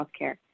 Healthcare